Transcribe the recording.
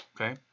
okay